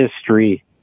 history